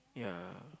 ya